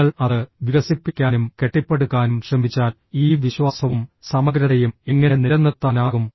നിങ്ങൾ അത് വികസിപ്പിക്കാനും കെട്ടിപ്പടുക്കാനും ശ്രമിച്ചാൽ ഈ വിശ്വാസവും സമഗ്രതയും എങ്ങനെ നിലനിർത്താനാകും